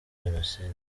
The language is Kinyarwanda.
jenoside